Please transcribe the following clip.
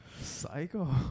psycho